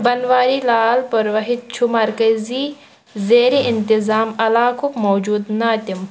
بنواری لال پُروہِت چُھ مركزی زیرِ انتظام علاقُک موجودٕ ناطِم